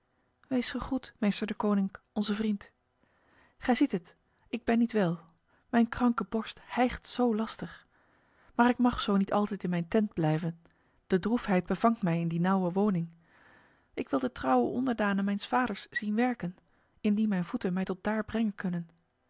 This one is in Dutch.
wees gegroet meester deconinck onze vriend gij ziet het ik ben niet wel mijn kranke borst hijgt zo lastig maar ik mag zo niet altijd in mijn tent blijven de droefheid bevangt mij in die nauwe woning ik wil de trouwe onderdanen mijns vaders zien werken indien mijn voeten mij tot daar brengen kunnen